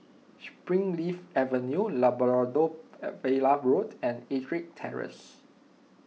Springleaf Avenue Labrador Villa Road and Ettrick Terrace